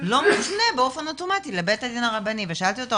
לא מופנה באופן אוטומטי לבית הדין הרבני ושאלתי אותו,